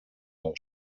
nou